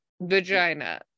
vagina